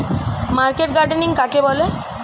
Market gardening কাকে বলে?